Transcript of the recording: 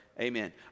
amen